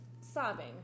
sobbing